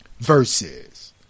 Verses